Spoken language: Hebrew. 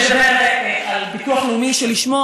יחס גורר יחס, אדוני השר.